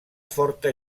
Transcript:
forta